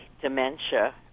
dementia